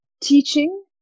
teaching